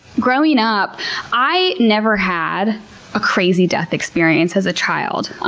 growing up i never had a crazy death experience as a child.